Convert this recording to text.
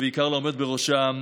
ובעיקר לעומד בראשם,